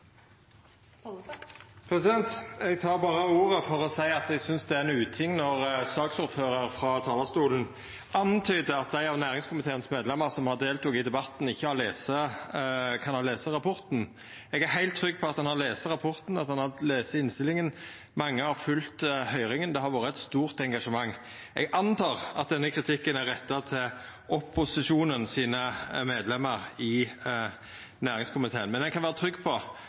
Eg tek ordet berre for å seia at eg synest det er ein uting når saksordføraren frå talarstolen antydar at dei av næringskomiteen sine medlemer som har delteke i debatten, ikkje kan ha lese rapporten. Eg er heilt trygg på at ein har lese rapporten, at ein har lese innstillinga. Mange har følgt høyringa, det har vore eit stort engasjement. Eg antek at denne kritikken er retta til opposisjonen sine medlemer i næringskomiteen, men ein kan vera trygg på